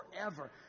forever